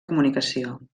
comunicació